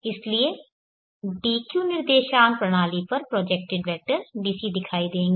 इसलिए dq निर्देशांक प्रणाली पर प्रोजेक्टेड वेक्टर DC दिखाई देंगे